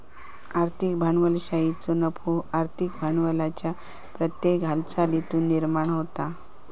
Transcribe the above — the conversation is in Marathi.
आर्थिक भांडवलशाहीचो नफो आर्थिक भांडवलाच्या प्रत्येक हालचालीतुन निर्माण होता